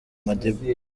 madiba